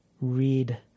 read